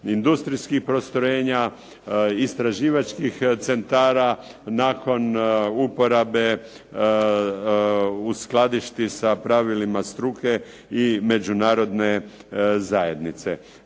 industrijskih postrojenja, istraživačkih centara nakon uporabe uskladišti sa pravilima struke i Međunarodne zajednice.